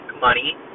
money